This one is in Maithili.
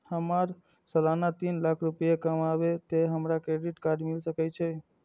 हमर सालाना तीन लाख रुपए कमाबे ते हमरा क्रेडिट कार्ड मिल सके छे?